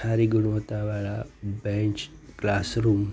સારી ગુણવત્તા વાળા બેન્ચ ક્લાસ રૂમ